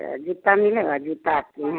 अच्छा जुत्ता मिलेगा जूता आपके यहाँ